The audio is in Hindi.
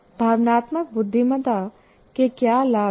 भावनात्मक बुद्धिमत्ता के क्या लाभ हैं